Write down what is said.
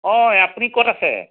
অঁ হয় আপুনি ক'ত আছে